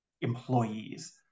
employees